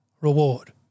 reward